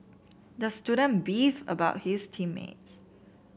the student beefed about his team mates